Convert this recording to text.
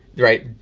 right.